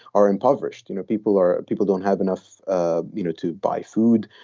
are impoverished. you know, people are people don't have enough ah you know to buy food.